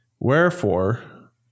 wherefore